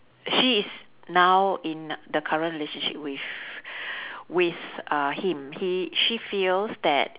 she is now in the current relationship with with uh him he she feels that